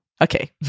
Okay